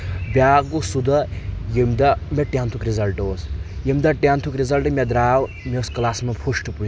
بیاکھ گوٚو سُہ دۄہ ییٚمہِ دۄہ مےٚ ٹینتھُک رِزلٹ اوس ییٚمہِ دۄہ ٹؠنتھُک رِزلٹہٕ مےٚ درٛاو مےٚ اوس کلاسس منٛز فٔشٹ پُوزِشَن